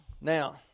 Now